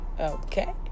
okay